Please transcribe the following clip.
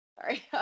Sorry